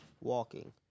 walking